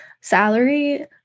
salary